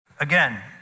again